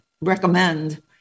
recommend